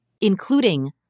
including